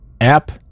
app